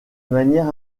manière